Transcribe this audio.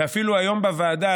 ואפילו היום בוועדה,